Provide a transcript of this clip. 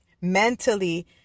mentally